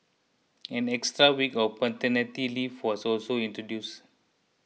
an extra week of paternity leave was also introduced